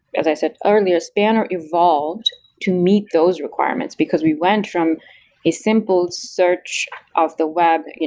as i said earlier, spanner evolved to meet those requirements, because we went from a simple search of the web,